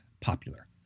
popular